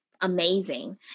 amazing